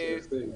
למה?